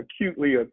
acutely